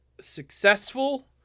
successful